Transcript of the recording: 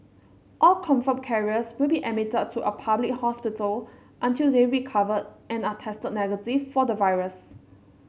all confirmed carriers will be admitted to a public hospital until they recover and are tested negative for the virus